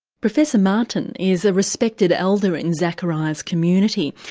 professor martin is a respected elder in zakaria's community.